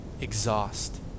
exhaust